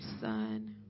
son